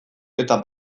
eta